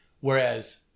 Whereas